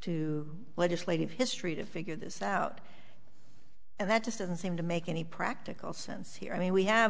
to legislative history to figure this out and that just doesn't seem to make any practical sense here i mean we have